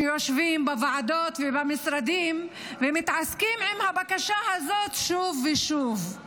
שיושבים בוועדות ובמשרדים ומתעסקים עם הבקשה הזאת שוב ושוב.